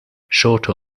shorter